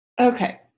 Okay